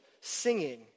singing